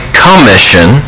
commission